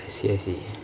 I see I see